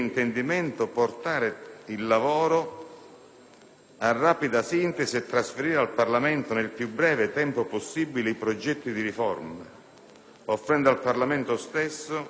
a rapida sintesi e trasferire al Parlamento nel più breve tempo possibile i progetti di riforma, offrendo così al Parlamento stesso (...) l'opportunità di pronunciarsi»